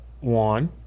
one